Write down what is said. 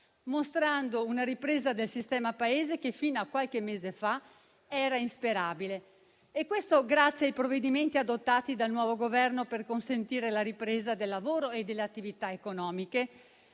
mostrando una ripresa del sistema Paese che fino a qualche mese fa era insperabile. Ciò avviene grazie ai provvedimenti adottati dal nuovo Governo per consentire la ripresa del lavoro e delle attività economiche;